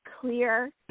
clear